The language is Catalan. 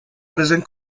present